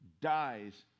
dies